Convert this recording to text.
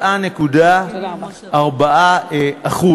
ב-67.4%.